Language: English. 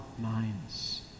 minds